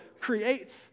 creates